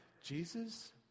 Jesus